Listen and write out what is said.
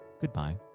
goodbye